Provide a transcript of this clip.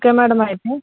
okay madam అయితే